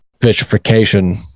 vitrification